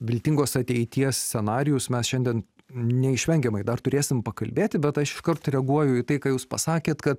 viltingos ateities scenarijus mes šiandien neišvengiamai dar turėsim pakalbėti bet aš iškart reaguoju į tai ką jūs pasakėt kad